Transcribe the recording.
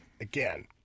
again